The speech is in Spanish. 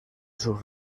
sus